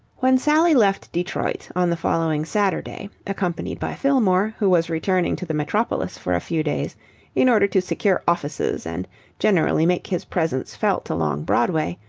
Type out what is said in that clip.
when sally left detroit on the following saturday, accompanied by fillmore, who was returning to the metropolis for a few days in order to secure offices and generally make his presence felt along broadway,